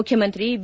ಮುಖ್ಯಮಂತ್ರಿ ಬಿ